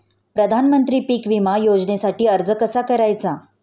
प्रधानमंत्री पीक विमा योजनेसाठी अर्ज कसा करायचा?